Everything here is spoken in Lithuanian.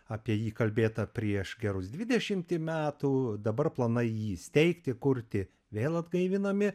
apie jį kalbėta prieš gerus dvidešimtį metų dabar planai jį įsteigti kurti vėl atgaivinami